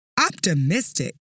optimistic